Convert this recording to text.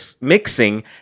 mixing